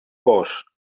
cos